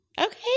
okay